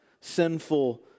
sinful